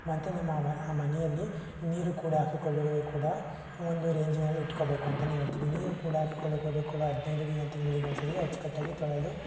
ಮತ್ತು ನಮ್ಮ ಆ ಮನೆಯಲ್ಲಿ ನೀರು ಕೂಡ ಹಾಕಿಕೊಳ್ಳುವುದು ಕೂಡ ಒಂದು ರೇಂಜಿನಲ್ಲಿ ಇಟ್ಕೊಬೇಕು ಅಂತಲೇ ಹೇಳ್ತೀವಿ ನೀರು ಕೂಡ ಹಾಕಿಕೊಳ್ಳೋಕೆ ಕೂಡ ಹದಿನೈದು ದಿನ ತಿಂಗ್ಳಿಗೆ ಒಂದು ಸಲ ಅಚ್ಚುಕಟ್ಟಾಗಿ ತೊಳೆದು